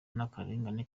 n’akarengane